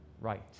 right